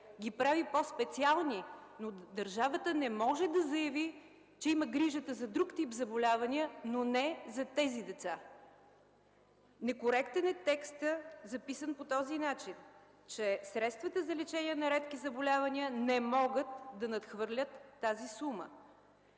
ги прави по-специални, но държавата не може да заяви, че има грижата за друг тип заболявания, но не за тези деца. Некоректен е текстът, записан по този начин, че средствата за лечение на редки заболявания не могат да надхвърлят тази сума.